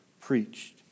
preached